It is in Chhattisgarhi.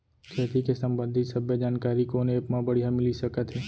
खेती के संबंधित सब्बे जानकारी कोन एप मा बढ़िया मिलिस सकत हे?